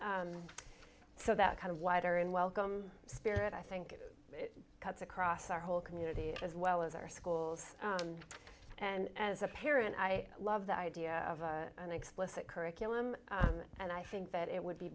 so that kind of wider and welcomes spirit i think it cuts across our whole community as well as our schools and as a parent i love the idea of a an explicit curriculum and i think that it would be